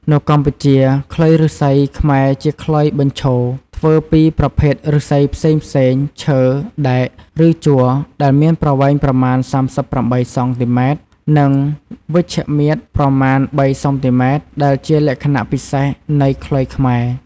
នៅកម្ពុជា ខ្លុយឫស្សីខ្មែរជាខ្លុយបញ្ឈរធ្វើពីប្រភេទឫស្សីផ្សេងៗ ឈើ ដែក ឬជ័រដែលមានប្រវែងប្រមាណ ៣៨ សង់ទីម៉ែត្រ. និងវិជ្ឈមាត្រប្រមាណ ៣ សង់ទីម៉ែត្រ. ដែលជាលក្ខណៈពិសេសនៃខ្លុយខ្មែរ។